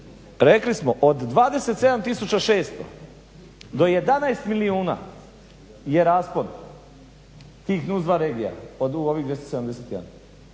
rekli smo od 27 600 do 11 milijuna je raspon tih NUC 2 regija od ovih 271.